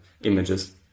images